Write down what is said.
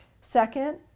Second